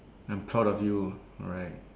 I'm proud of you alright